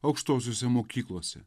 aukštosiose mokyklose